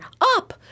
up